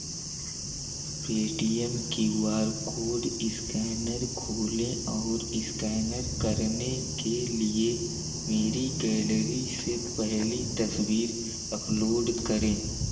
Paytm Q R code scanner खोलें और scanner करने के लिए मेरी गैलरी से पहली तस्वीर अपलोड करें